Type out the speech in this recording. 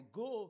go